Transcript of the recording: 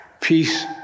Peace